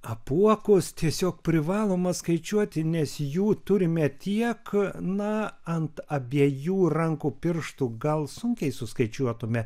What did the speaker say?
apuokus tiesiog privaloma skaičiuoti nes jų turime tiek na ant abiejų rankų pirštų gal sunkiai suskaičiuotume